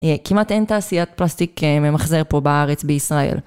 כמעט אין תעשיית פלסטיק ממחזר פה בארץ בישראל.